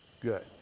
good